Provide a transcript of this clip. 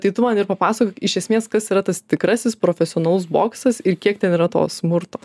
tai tu man ir papasakok iš esmės kas yra tas tikrasis profesionalus boksas ir kiek ten yra to smurto